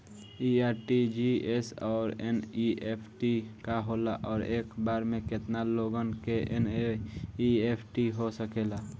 इ आर.टी.जी.एस और एन.ई.एफ.टी का होला और एक बार में केतना लोगन के एन.ई.एफ.टी हो सकेला?